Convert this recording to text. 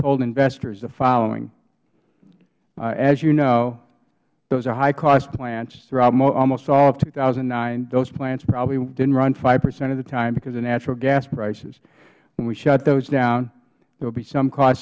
told investors the following as you know those are highcost plants throughout almost all of two thousand and nine those plants probably didn't run five percent of the time because of natural gas prices when we shut those down there will be some cost